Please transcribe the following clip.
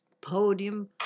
podium